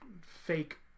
fake